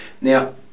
Now